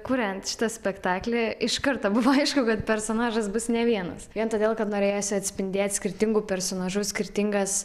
kuriant šitą spektaklį iš karto buvo aišku kad personažas bus ne vienas vien todėl kad norėjosi atspindėt skirtingų personažų skirtingas